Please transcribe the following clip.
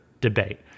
debate